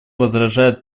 возражает